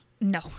No